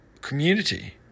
Community